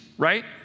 right